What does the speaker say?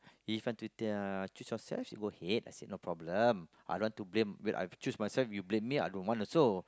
if want to tell choose yourself you go ahead I said no problem I want to blame when I choose myself you blame me I don't want also